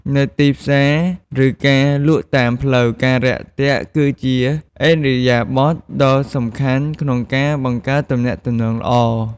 នៅទីផ្សារ ឬការលក់តាមផ្លូវ ការរាក់ទាក់គឺជាឥរិយាបថដ៏សំខាន់ក្នុងការបង្កើតទំនាក់ទំនងល្អ។